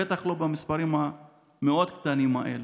בטח לא במספרים המאוד-קטנים האלה.